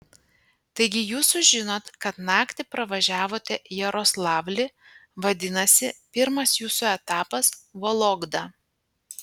taigi jūs sužinot kad naktį pravažiavote jaroslavlį vadinasi pirmas jūsų etapas vologda